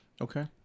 Okay